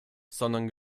sondern